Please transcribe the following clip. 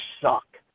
suck